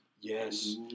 Yes